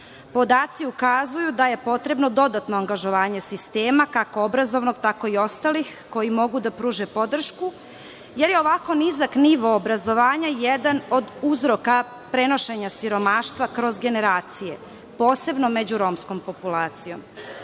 Podaci ukazuju da je potrebno dodatno angažovanje sistema, kako obrazovnog, tako i ostalih koji mogu da pruže podršku, jer je ovako nizak nivo obrazovanja jedan od uzroka prenošenja siromaštva kroz generacije, posebno među romskom populacijom. Podizanje